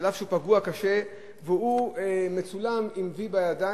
שאף שהוא פגוע קשה הוא מצולם מסמן "וי" בידיים,